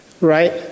Right